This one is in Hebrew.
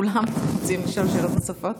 כולם רוצים לשאול שאלות נוספות?